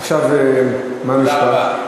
עכשיו, מה המשפט?